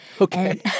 Okay